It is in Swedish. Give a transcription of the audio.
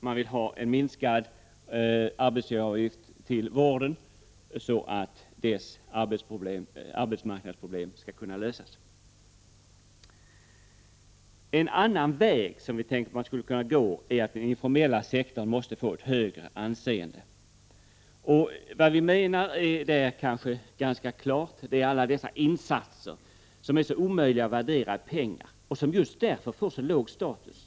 Vi vill ha en sänkt arbetsgivaravgift avseende dem som är anställda i vården, så att dess arbetskraftsproblem skall kunna lösas. En annan väg som vi tänker att vi skulle kunna gå är att den informella sektorn ges ett högre anseende. Vad vi menar på den punkten är kanske ganska klart: det är alla dessa insatser som är så omöjliga att värdera i pengar och som just därför får så låg status.